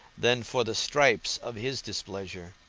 than for the stripes of his displeasure.